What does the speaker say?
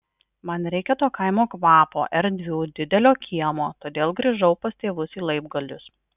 man reikia to kaimo kvapo erdvių didelio kiemo todėl grįžau pas tėvus į laibgalius